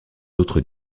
autres